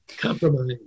Compromise